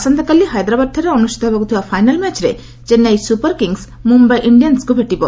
ଆସନ୍ତାକାଲି ହାଇଦ୍ରାବାଦଠାରେ ଅନୁଷ୍ଠିତ ହେବାକୁ ଥିବା ଫାଇନାଲ୍ ମ୍ୟାଚ୍ରେ ଚେନ୍ନାଇ ସୁପର୍ କିଙ୍ଗ୍ସ୍ ମୁମ୍ୟାଇ ଇଣ୍ଡିଆନ୍ସ୍କୁ ଭେଟିବ